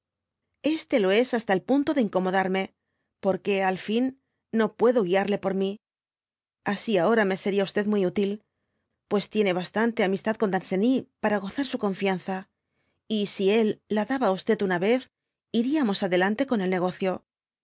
bestia te loes hasta el punto de incomodaniie por que al fin no puedo guiarle por mi asi ahora me seria muy útil pues tiene bastante amistad eondanceny para gozar su confianza y se ella daba á una yez iríamos adelante con el negocio